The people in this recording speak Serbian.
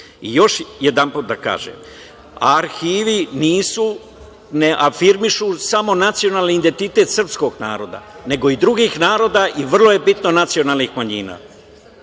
nivo. Još jedanput da kažem, arhivi ne afirmišu samo nacionalni identitet srpskog naroda, nego i drugih naroda i, vrlo je bitno, nacionalnih manjina.